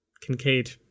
Kincaid